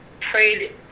prayed